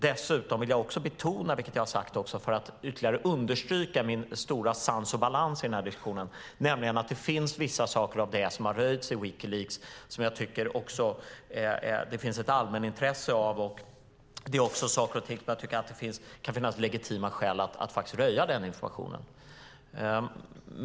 Dessutom vill jag för att ytterligare understryka min stora sans och balans i denna diskussion betona att det finns vissa saker av det som röjts i Wikileaks som jag tycker att det finns ett allmänintresse av, som jag sagt tidigare. Det finns också information som jag tycker att det kan finnas legitima skäl att röja.